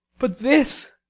but this!